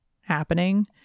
happening